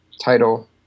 title